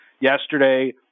Yesterday